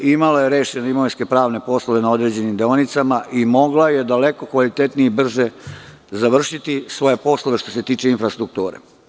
Imala je rešene imovinsko-pravne poslove na određenim deonicama i mogla je daleko kvalitetnije i brže završiti svoje poslove što se tiče infrastrukture.